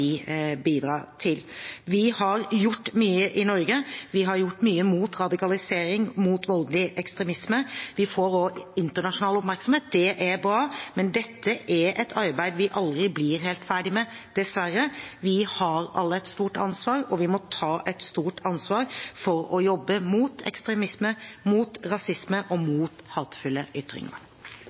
til. Vi har gjort mye i Norge. Vi har gjort mye mot radikalisering og mot voldelig ekstremisme. Vi får også internasjonal oppmerksomhet. Det er bra, men dette er et arbeid vi aldri blir helt ferdige med, dessverre. Vi har alle et stort ansvar, og vi må ta et stort ansvar for å jobbe mot ekstremisme, mot rasisme og mot hatefulle ytringer.